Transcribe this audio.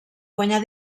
guanyar